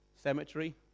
Cemetery